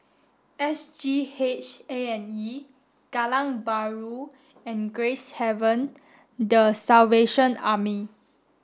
S G H A and E Kallang Bahru and Gracehaven the Salvation Army